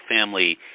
family